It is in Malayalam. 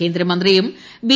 കേന്ദ്രമന്ത്രിയും ബി